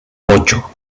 ocho